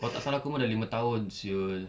kalau tak salah dah lima tahun [siol]